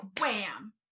wham